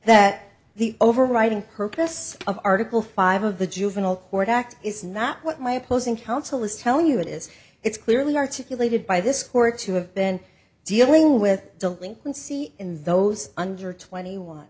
that the overriding purpose of article five of the juvenile court act is not what my opposing counsel is telling you it is it's clearly articulated by this court to have been dealing with delinquency in those under twenty one